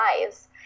lives